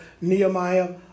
Nehemiah